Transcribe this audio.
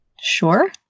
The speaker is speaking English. Sure